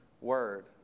word